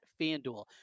Fanduel